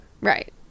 Right